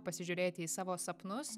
pasižiūrėti į savo sapnus